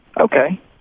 Okay